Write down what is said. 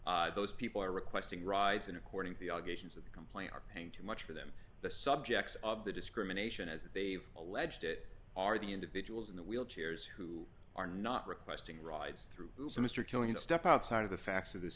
around those people are requesting rides and according to the allegations of the complaint are paying too much for them the subjects of the discrimination as they've alleged it are the individuals in the wheelchairs who are not requesting rides through mr killen stepped outside of the facts of this